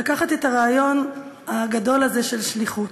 לקחת את הרעיון הגדול הזה של שליחות,